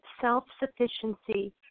self-sufficiency